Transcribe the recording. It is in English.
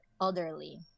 elderly